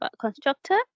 constructor